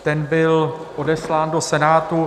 Ten byl odeslán do Senátu.